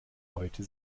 heute